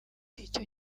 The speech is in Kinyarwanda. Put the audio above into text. icyo